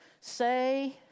Say